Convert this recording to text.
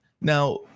Now